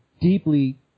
Deeply